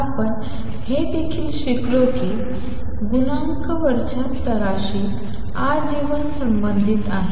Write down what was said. आपण हे देखील शिकलो की गुणांक वरच्या स्तराशी आजीवन संबंधित आहे